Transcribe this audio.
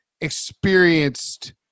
experienced